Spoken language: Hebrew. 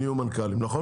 נושא